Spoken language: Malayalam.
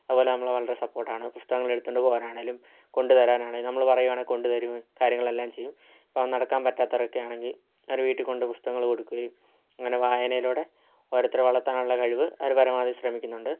അതുപോലെ നമ്മളെ വളരെ സപ്പോർട്ടാണ് പുസ്തകങ്ങളെടുത്തോണ്ട് പോകാനാണേലും കൊണ്ടു വരാനാണേലും നമ്മൾ പറയാണ് കൊണ്ട് തരും കാര്യങ്ങളെല്ലാം ചെയ്യും ഇപ്പം നടക്കാൻ പറ്റാത്തോരൊക്കെയാണെങ്കിൽ അവരുടെ വീട്ടിൽ കൊണ്ട് പുസ്തകങ്ങൾ കൊടുക്കുകയും അങ്ങനെ വായനയിലൂടെ ഓരോരുത്തരെയും വളർത്താനുള്ള കഴിവ് അവർ പരമാവധി ശ്രമിക്കുന്നുണ്ട്